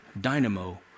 dynamo